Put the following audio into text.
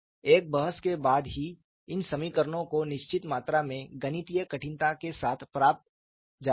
एक बहस के बाद ही इन समीकरणों को निश्चित मात्रा में गणितीय कठिनता के साथ प्राप्त जाता है